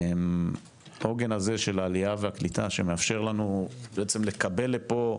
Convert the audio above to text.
העוגן הזה של העלייה והקליטה שמאפשר לנו בעצם לקבל לפה,